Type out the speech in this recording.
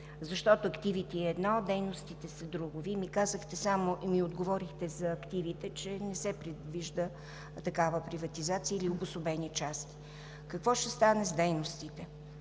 защото активите са едно, а дейностите са друго. Вие ми казахте само и ми отговорихте за активите, че не се предвижда такава приватизация или обособени части. Какво ще стане с дейностите?